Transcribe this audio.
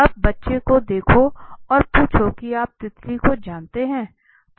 अब बच्चे को देखो और पूछो कि आप तितली को जानते हैं